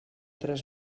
tres